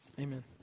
Amen